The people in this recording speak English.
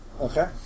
Okay